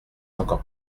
encore